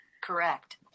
Correct